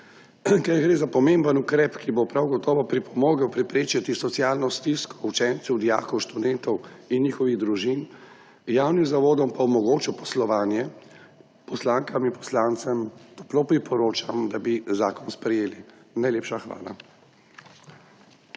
Ker gre za pomemben ukrep, ki bo prav gotovo pripomogel preprečiti socialno stisko učencev, dijakov, študentov in njihovih družin, javnim zavodom pa omogočil poslovanje, poslankam in poslancem toplo priporočam, da bi zakon sprejeli. Najlepša hvala.